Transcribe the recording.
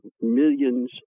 millions